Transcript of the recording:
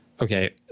okay